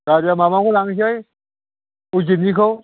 गारिया माबानिखौ लांनिसै उजिरनिखौ